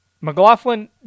McLaughlin